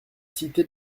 cité